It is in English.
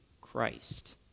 Christ